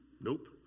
Nope